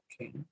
Okay